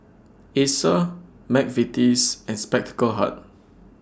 Acer Mcvitie's and Spectacle Hut